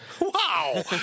Wow